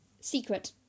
Secret